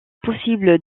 possible